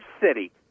City